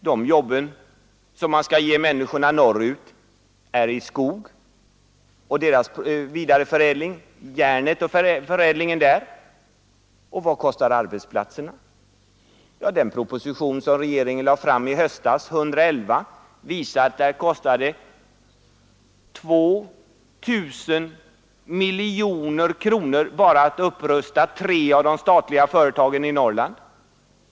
De jobb som man skall ge människorna norrut gäller skogen och dess vidareförädling samt järnet och dess förädling. Vad kostar arbetsplatserna där? Ja, propositionen 111, som regeringen lade fram i höstas, visar att det kostar 2 000 miljoner kronor bara att upprusta tre av de statliga företagen i Norrland.